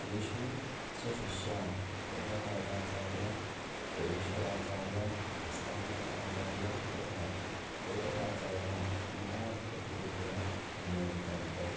तेषु स्वशिष्यान् पद्मपादाचार्यान् सुरेश्वराचार्यान् हस्तामलकाचार्यान् तथा तोटकाचार्यान् पीठाधिपतिरूपेण नियोजितवन्तः